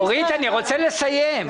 אורית, אני רוצה לסיים.